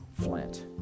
Flint